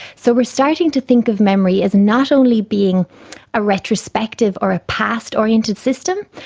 so we starting to think of memory as not only being a retrospective or a past oriented system,